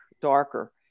darker